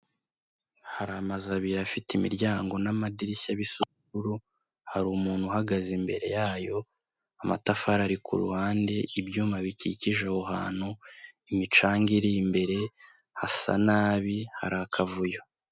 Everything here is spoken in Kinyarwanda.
Hari amazu abiri afite imiryango n'amadirishya bisa ubukuru, hari umuntu uhagaze imbere yayo, amatafari ari ku ruhande, ibyuma bikikije aho hantu, imicanga iri imbere, hasa nabi, hari akavuyo.